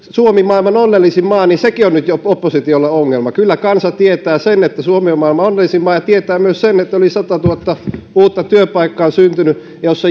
maailman onnellisin maa jo sekin on nyt oppositiolle ongelma kyllä kansa tietää sen että suomi on maailman onnellisin maa ja tietää myös sen että yli satatuhatta uutta työpaikkaa on syntynyt jos se